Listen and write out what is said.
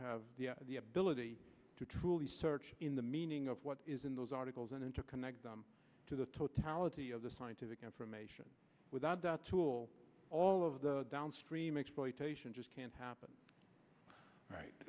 have the ability to truly search in the meaning of what is in those articles and then to connect them to the totality of the scientific information without doubt tool all of the downstream exploitation just can't happen right